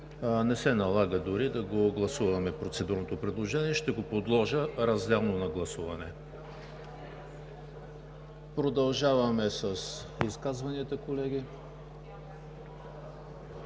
Не се налага дори да гласуваме процедурното предложение, ще го подложа разделно на гласуване. Продължаваме с изказванията, колеги.